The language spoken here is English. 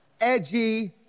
edgy